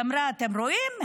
ואמרה: אתם רואים?